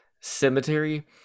cemetery